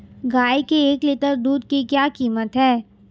गाय के एक लीटर दूध की क्या कीमत है?